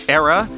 era